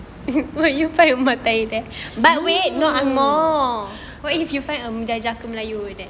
!woo!